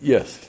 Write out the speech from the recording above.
Yes